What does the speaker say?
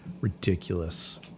Ridiculous